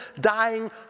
dying